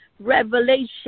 revelation